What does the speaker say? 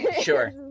Sure